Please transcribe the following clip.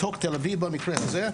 בתוך תל אביב במקרה הזה.